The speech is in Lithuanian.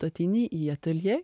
tu ateini į ateljė